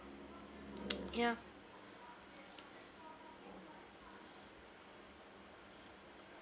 ya